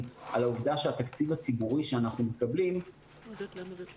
על העובדה שהתקציב הציבורי שאנחנו מקבלים מכובד,